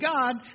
God